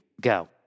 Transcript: go